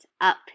up